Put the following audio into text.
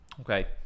Okay